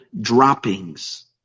droppings